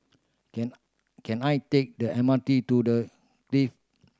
can can I take the M R T to The Clift